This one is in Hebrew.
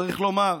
צריך לומר,